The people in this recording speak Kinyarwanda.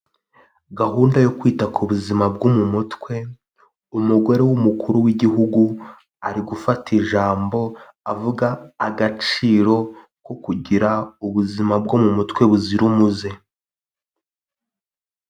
Gahunda yo kwita ku buzima bwo mu mutwe umugore w'umukuru w'igihugu ari gufata ijambo avuga agaciro ko kugira ubuzima bwo mu mutwe buzira umuze.